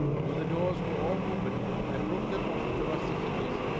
though the doors were all open i broke them off the rusty hinges,